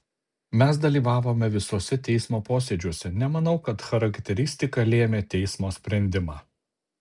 mes dalyvavome visuose teismo posėdžiuose nemanau kad charakteristika lėmė teismo sprendimą